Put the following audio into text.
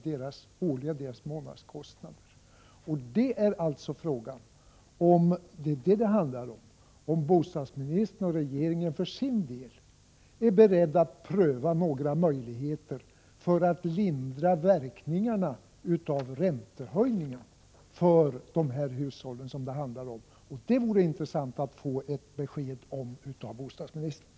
Det är detta frågan handlar om. Den gäller om bostadsministern och regeringen för sin del är beredda att pröva några möjligheter för att lindra verkningarna av räntehöjningen för dessa hushåll. Det vore intressant att få ett besked om detta av bostadsministern.